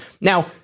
Now